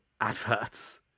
adverts